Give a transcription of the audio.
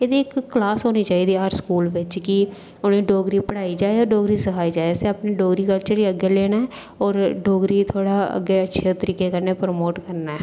एह्दे च इक्क क्लॉस होनी चाहिदी की डोगरी पढ़ाई जा होर सखाई जा असें अपने डोगरी कल्चर गी अग्गै लेना ऐ ते होर डोगरी जेह्ड़ा अच्छे तरीकै कन्नै प्रमोट करना ऐ